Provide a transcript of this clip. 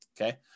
Okay